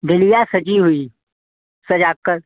dahlia सजी हुई सजाकर